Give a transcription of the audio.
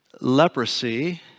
leprosy